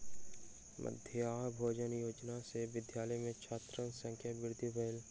मध्याह्न भोजन योजना सॅ विद्यालय में छात्रक संख्या वृद्धि भेल